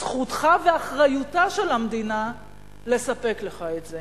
זכותך ואחריותה של המדינה לספק לך את זה.